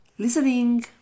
Listening